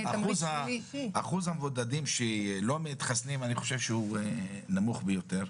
אחוז המבודדים שלא מתחסנים אני חושב שהוא נמוך ביותר.